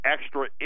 extra